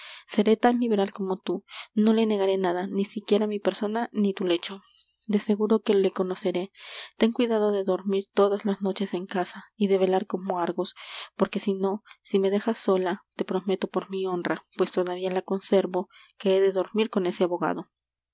seré tan liberal como tú no le negaré nada ni siquiera mi persona ni tu lecho de seguro que le conoceré ten cuidado de dormir todas las noches en casa y de velar como argos porque si no si me dejas sola te prometo por mi honra pues todavía la conservo que he de dormir con ese abogado